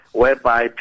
whereby